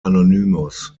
anonymous